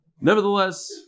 Nevertheless